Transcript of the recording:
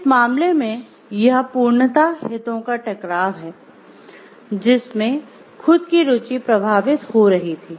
इस मामले में यह पूर्णतः हितों का टकराव है जिसमें खुद की रुचि प्रभावित हो रही थी